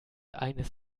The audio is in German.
eines